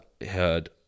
heard